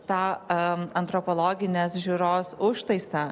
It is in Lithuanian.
tą antropologinės žiūros užtaisą